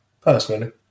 Personally